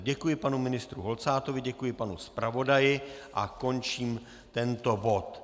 Děkuji panu ministru Holcátovi, děkuji panu zpravodaji a končím tento bod.